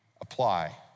apply